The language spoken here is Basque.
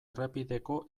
errepideko